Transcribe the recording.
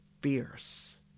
fierce